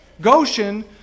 Goshen